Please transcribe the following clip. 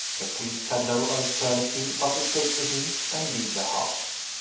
the priest had no alternative but to take the hint, and leave the house.